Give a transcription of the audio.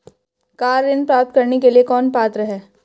Car ऋण प्राप्त करने के लिए कौन पात्र है?